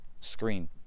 Screen